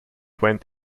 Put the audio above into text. went